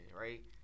right